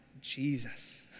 Jesus